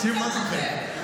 ציון טוב,